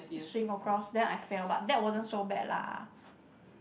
swing across then I fell but that wasn't so bad lah